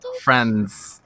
friends